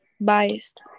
Biased